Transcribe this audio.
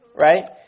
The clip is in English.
right